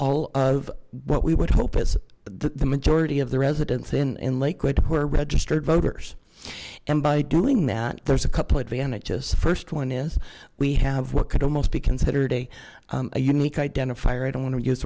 all of what we would hope as the majority of the residents in lakewood who are registered voters and by doing that there's a couple advantage just first one is we have what could almost be considered a unique identifier i don't want to use